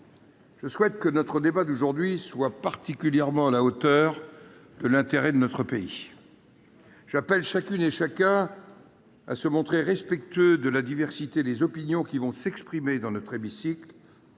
je souhaite que notre débat d'aujourd'hui soit particulièrement à la hauteur de l'intérêt de notre pays. J'appelle chacune et chacun à se montrer respectueux de la diversité des opinions qui vont s'exprimer dans notre hémicycle.